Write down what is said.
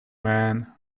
man